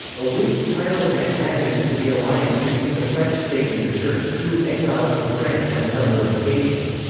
a witty, tireless antagonist to the alliance between the french state and the church, he was exiled from france on a number of occasions.